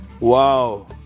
Wow